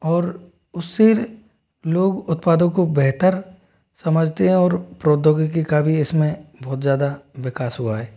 और उससे लोग उत्पादों को बेहतर समझते हैं और प्रौद्योगिकी का भी इसमें बहुत ज़्यादा विकास हुआ है